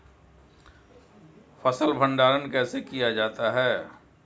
फ़सल भंडारण कैसे किया जाता है?